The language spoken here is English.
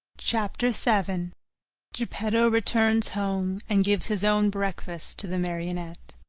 chapter seven geppetto returns home and gives his own breakfast to the marionette